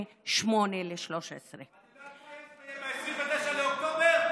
8 13. את יודעת מה יש ב-29 באוקטובר?